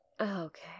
okay